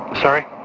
Sorry